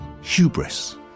Hubris